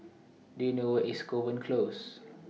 Do YOU know Where IS Kovan Close